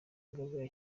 mugabe